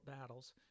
battles